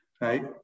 right